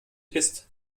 ist